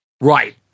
Right